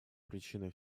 причиной